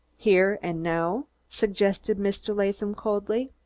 here and now? suggested mr. latham coldly.